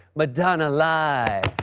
madonna lie,